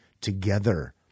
together